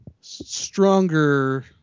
stronger